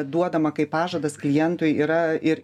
duodama kaip pažadas klientui yra ir